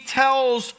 tells